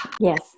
yes